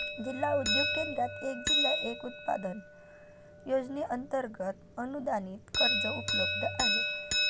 जिल्हा उद्योग केंद्रात एक जिल्हा एक उत्पादन योजनेअंतर्गत अनुदानित कर्ज उपलब्ध आहे